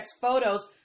photos